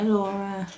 Laura